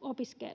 opiskelija